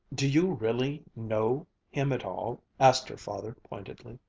do you really know him at all? asked her father pointedly.